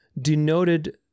denoted